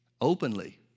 openly